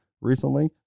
recently